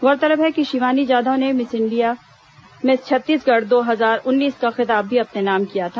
गौरतलब है कि शिवानी जाधव ने मिस छत्तीसगढ़ दो हजार उन्नीस का खिताब भी अपने नाम किया था